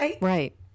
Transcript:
Right